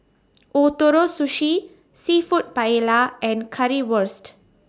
Ootoro Sushi Seafood Paella and Currywurst